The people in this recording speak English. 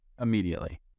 immediately